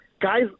guys